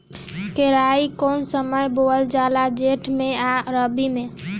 केराई कौने समय बोअल जाला जेठ मैं आ रबी में?